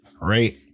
right